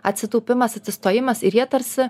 atsitūpimas atsistojimas ir jie tarsi